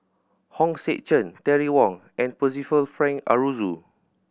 Hong Sek Chern Terry Wong and Percival Frank Aroozoo